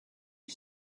you